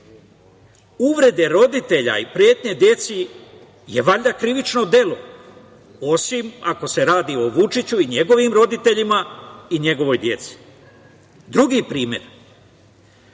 Uvreda roditelja i pretnja deci je valjda, krivično delo, osim ako se radi o Vučiću i njegovim roditeljima i njegovoj deci. Drugi primer.